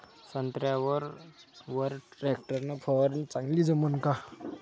संत्र्यावर वर टॅक्टर न फवारनी चांगली जमन का?